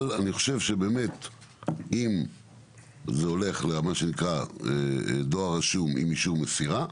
אבל אני חושב שאם זה הולך כדואר רשום עם אישור מסירה,